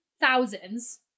thousands